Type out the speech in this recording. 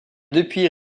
depuis